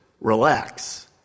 Relax